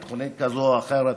ביטחונית כזאת או אחרת,